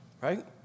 right